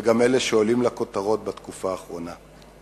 באלה שעולים לכותרות בתקופה האחרונה.